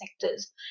sectors